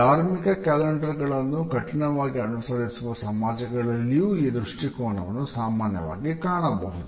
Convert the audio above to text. ಧಾರ್ಮಿಕ ಕ್ಯಾಲೆಂಡರ್ ಗಳನ್ನು ಕಠಿಣವಾಗಿ ಅನುಸರಿಸುವ ಸಮಾಜಗಳಲ್ಲಿಯೂ ಈ ದೃಷ್ಟಿಕೋನವನ್ನು ಸಾಮಾನ್ಯವಾಗಿ ಕಾಣಬಹುದು